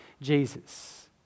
Jesus